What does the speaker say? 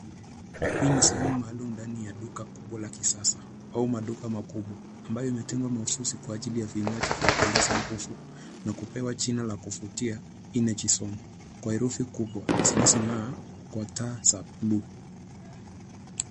Hii ni sehemu maalum ndani ya duka kubwa la kisasa au maduka makubwa ambayo imetengwa mahususi kwa ajili ya vinywaji vya kuongeza nguvu na kupewa jina la kuvutia Energy Zone kwa herufi kubwa zinazong'aa kwa taa za buluu.